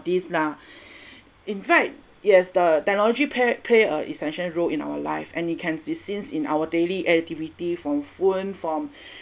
this lah invite it has the technology play play a essential role in our life and you can see since in our daily activity from phone from